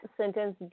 sentence